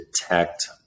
detect